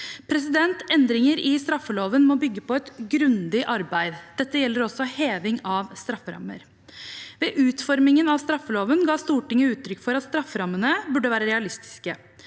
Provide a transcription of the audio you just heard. regjeringen. Endringer i straffeloven må bygge på et grundig arbeid. Dette gjelder også heving av strafferammer. Ved utformingen av straffeloven ga Stortinget uttrykk for at strafferammene burde være realistiske.